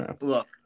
look